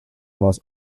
most